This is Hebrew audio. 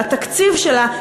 לתקציב שלה,